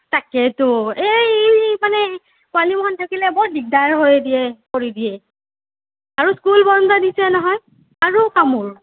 তাকেইটো এই মানে পোৱালিমখা থাকিলে বৰ দিগদাৰ হয় দিয়ে কৰি দিয়ে আৰু স্কুল বন্ধ দিছে নহয় আৰু কামোৰ